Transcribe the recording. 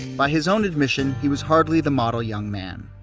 by his own admission, he was hardly the model young man,